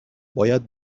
باید